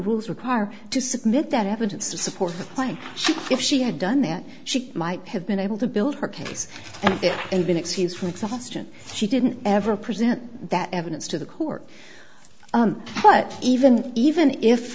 rules require to submit that evidence to support the claim if she had done that she might have been able to build her case and been excused from exhaustion she didn't ever present that evidence to the court but even even if